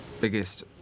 biggest